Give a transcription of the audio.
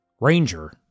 ranger